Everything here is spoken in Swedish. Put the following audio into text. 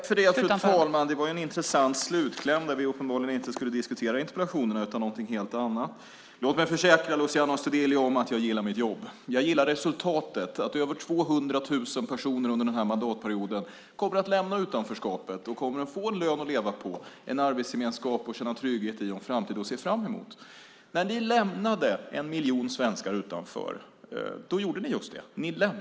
Fru talman! Det var en intressant slutkläm. Vi skulle uppenbarligen inte diskutera interpellationerna utan någonting helt annat. Låt mig försäkra Luciano Astudillo om att jag gillar mitt jobb. Och jag gillar resultatet. Över 200 000 kommer under den här mandatperioden att lämna utanförskapet och få en lön att leva på, en arbetsgemenskap att känna trygghet i och en framtid att se fram emot. Ni lämnade en miljon svenskar utanför.